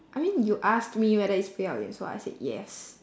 I mean you asked me whether it's 不要脸 so I said yes